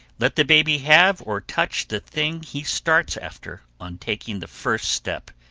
let the baby have or touch the thing he starts after on taking the first step,